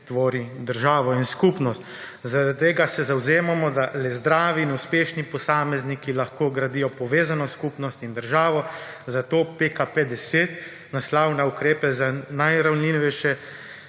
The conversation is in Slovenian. tvori državo in skupnost. Zaradi tega se zavzemamo za le zdravi in uspešni posamezniki lahko gradijo povezano skupnost in državo, zato PKP10 naslavlja ukrepe za najranljivejše